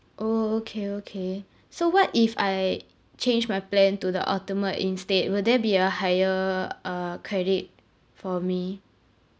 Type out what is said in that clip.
orh orh okay okay so what if I change my plan to the ultimate instead will there be a higher uh credit for me